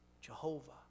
Jehovah